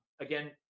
Again